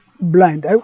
blind